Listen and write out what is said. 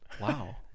Wow